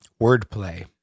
wordplay